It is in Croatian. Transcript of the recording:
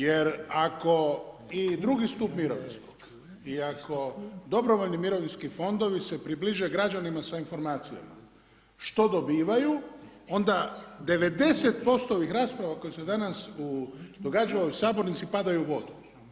Jer ako i drugi stup mirovinskog i dobrovoljni mirovinski fondovi se približe građanima sa informacijama što dobivaju, onda 90% ovih rasprava koje su se danas događale u Sabornici padaju u vodu.